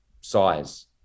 Size